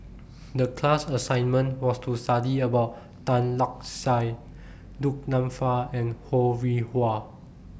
The class assignment was to study about Tan Lark Sye Du Nanfa and Ho Rih Hwa